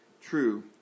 true